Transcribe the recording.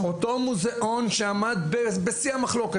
בלי שיודעים מה יש שם.